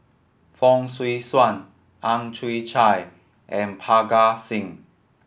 Fong Swee Suan Ang Chwee Chai and Parga Singh